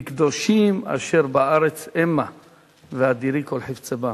לקדושים אשר בארץ המה ואדירי כל חפצי בם".